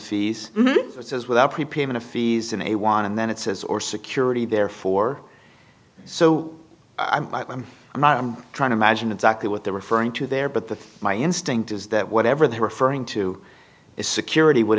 is without prepayment fees and they want and then it says or security therefore so i'm i'm i'm not i'm trying to imagine exactly what they're referring to there but the my instinct is that whatever they're referring to is security would